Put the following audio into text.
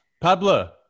Pablo